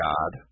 God